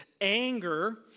anger